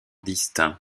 distinct